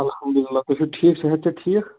اَلحمدُاللہ تُہۍ چھِو ٹھیٖک صحت چھا ٹھیٖک